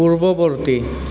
পূৰ্ৱৱৰ্তী